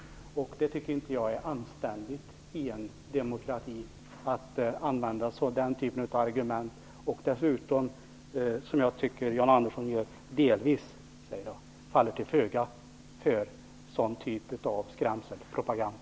Jag tycker inte att det är anständigt i en demokrati att använda den typen av argument. Dessutom tycker jag att Jan Andersson delvis - jag säger delvis - faller till föga för sådan skrämselpropaganda.